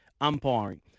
umpiring